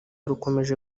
rukomeje